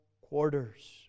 quarters